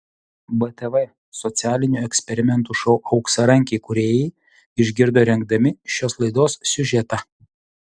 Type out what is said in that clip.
btv socialinių eksperimentų šou auksarankiai kūrėjai išgirdo rengdami šios laidos siužetą